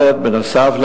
בנוסף,